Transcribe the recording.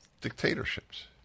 dictatorships